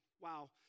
wow